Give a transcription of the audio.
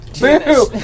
Boo